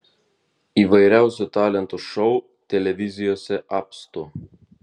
įvairiausių talentų šou televizijose apstu